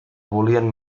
volien